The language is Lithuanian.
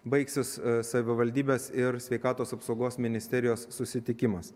baigsis savivaldybės ir sveikatos apsaugos ministerijos susitikimas